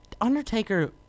Undertaker